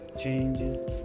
changes